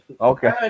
Okay